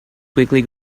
quickly